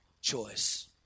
choice